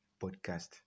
Podcast